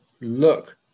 look